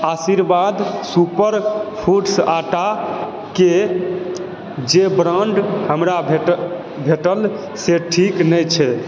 आशीर्वाद सुपरफूड्स आटाके जे ब्राण्ड हमरा भेटल से ठीक नहि छै